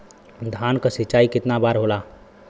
धान क सिंचाई कितना बार होला?